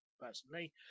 personally